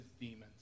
demons